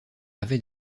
avait